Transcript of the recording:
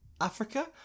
Africa